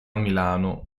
milano